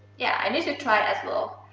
yeah, i need to try as well.